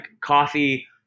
coffee